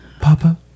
Papa